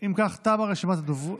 אם ככה, תמה רשימת הדוברים.